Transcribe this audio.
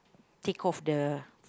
take off the